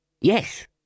Yes